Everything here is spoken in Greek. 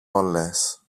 όλες